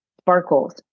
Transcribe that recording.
sparkles